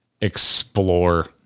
explore